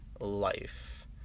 life